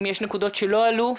אם יש נקודות שלא עלו,